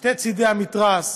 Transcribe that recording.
משני צידי המתרס.